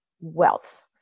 wealth